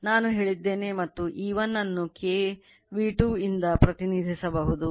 ನಾನು ಹೇಳಿದ್ದೇನೆ ಮತ್ತು E1 ಅನ್ನು K V2 ಇಂದ ಪ್ರತಿನಿಧಿಸಬಹುದು